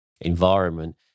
environment